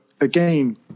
again